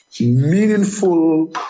meaningful